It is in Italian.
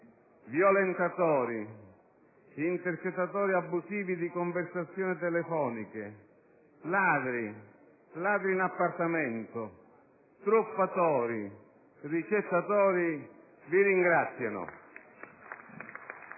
violentatori, intercettatori abusivi di conversazioni telefoniche, ladri, ladri in appartamento, truffatori e ricettatori vi ringraziano.